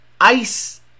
ice